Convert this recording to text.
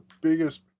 biggest